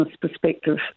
perspective